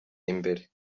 imbere